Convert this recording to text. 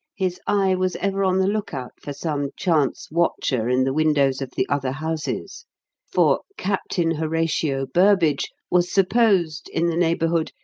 his eye was ever on the lookout for some chance watcher in the windows of the other houses for captain horatio burbage was supposed, in the neighbourhood,